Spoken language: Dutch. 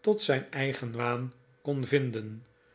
tot zijn eigenwaaft kon vinden